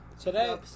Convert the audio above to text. Today